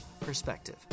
perspective